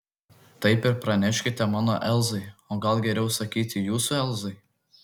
taip ir praneškite mano elzai o gal geriau sakyti jūsų elzai